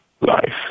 life